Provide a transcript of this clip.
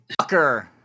Fucker